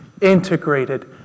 integrated